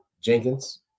Jenkins